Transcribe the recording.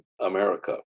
America